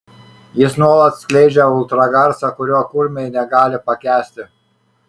jis nuolat skleidžia ultragarsą kurio kurmiai negali pakęsti